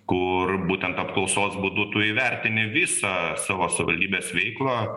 kur būtent apklausos būdu tu įvertini visą savo savivaldybės veiklą